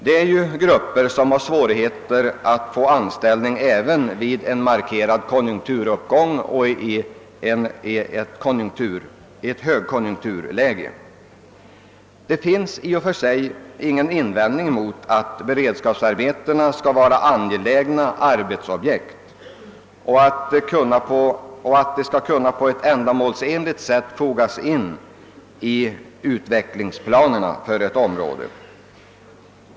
Det är ju grupper som har svårigheter att få anställning även vid en markerad konjunkturuppgång och i ett högkonjunkturläge. Det är också särskilt hårt drabbade grupper i skogslänen. Det finns i och för sig ingen invändning att göra mot att beredskapsarbetena skall vara angelägna arbetsobjekt och att de skall kunna på ett ändamålsenligt sätt fogas in i utvecklingsplanerna för ett område.